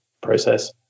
process